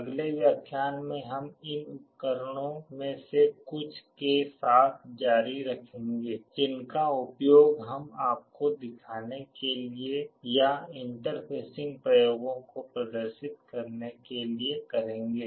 अगले व्याख्यान में हम इन उपकरणों में से कुछ के साथ जारी रखेंगे जिनका उपयोग हम आपको दिखाने के लिए या इंटरफेसिंग प्रयोगों को प्रदर्शित करने के लिए करेंगे